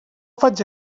faig